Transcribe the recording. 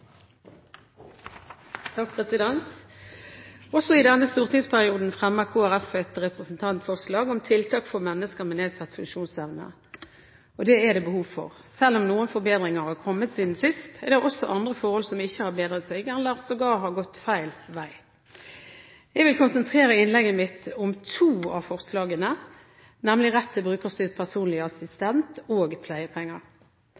Også i denne stortingsperioden fremmer Kristelig Folkeparti et representantforslag om tiltak for mennesker med nedsatt funksjonsevne, og det er det behov for. Selv om noen forbedringer har kommet siden sist, er det også andre forhold som ikke har bedret seg – ja, som sågar har gått feil vei. Jeg vil konsentrere innlegget mitt om to av forslagene, nemlig retten til brukerstyrt personlig